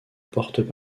portent